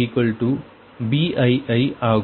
ii Bii ஆகும்